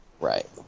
Right